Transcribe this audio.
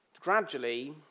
gradually